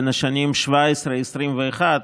בשנים 2017 2021,